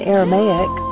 Aramaic